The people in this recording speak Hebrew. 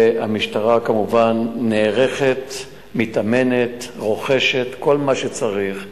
והמשטרה כמובן נערכת, מתאמנת, רוכשת, כל מה שצריך.